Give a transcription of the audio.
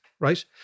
right